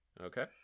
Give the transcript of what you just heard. okay